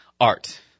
art